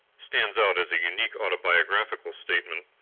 stands out as a unique autobiographical statement,